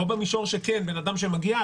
או במישור שבן אדם שמגיע,